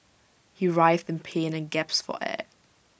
he writhed in pain and gasped for air